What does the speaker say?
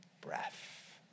breath